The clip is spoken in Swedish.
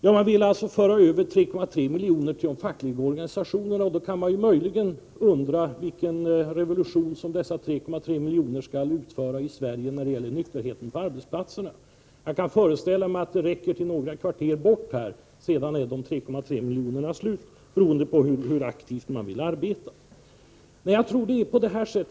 Jo, man vill föra över 3,3 miljoner till de fackliga organisationerna. Då kan man möjligen undra vilken revolution dessa 3,3 miljoner skulle kunna utföra i Sverige när det gäller nykterheten på arbetsplatserna. Jag kan föreställa mig att pengarna räcker till hjälp för människor i kvarteren närmast det här huset, beroende på hur aktivt man vill arbeta, men sedan är de 3,3 miljonerna slut.